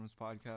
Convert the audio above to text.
podcast